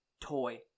toy